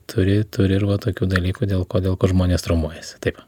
turi turi ir va tokių dalykų dėl ko dėl ko žmonės traumuojasi taip